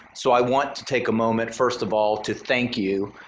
so i want to take a moment first of all to thank you,